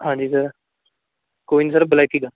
ਹਾਂਜੀ ਸਰ ਕੋਈ ਨਹੀਂ ਸਰ ਬਲੈਕੀ ਦਾ